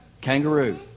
Kangaroo